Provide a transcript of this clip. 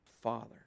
Father